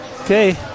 Okay